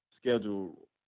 schedule